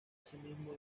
asimismo